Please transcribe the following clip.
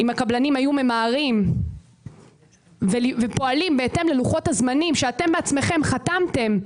אם הקבלנים היו ממהרים ופועלים בהתאם ללוחות-הזמנים שאתם בעצמכם חתמתם.